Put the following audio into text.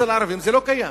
אצל הערבים זה לא קיים.